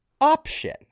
option